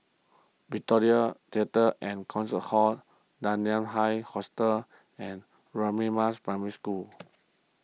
Victoria theatre and Concert Hall Dunman High Hostel and Radin Mas Primary School